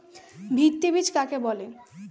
ভিত্তি বীজ কাকে বলে?